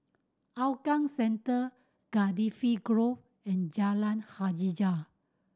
Hougang Central Cardifi Grove and Jalan Hajijah